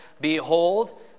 behold